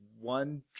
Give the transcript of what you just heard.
one